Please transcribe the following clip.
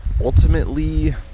ultimately